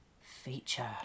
feature